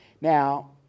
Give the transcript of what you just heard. Now